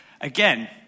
again